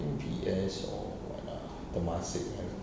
think P_S or what ah temasek